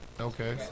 Okay